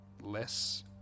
less